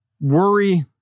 worry